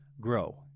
grow